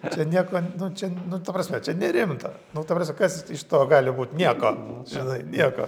čia nieko nu čia nu ta prasme čia nerimta nu ta prasme kas iš to gali būt nieko žinai nieko